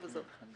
ואני